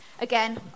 again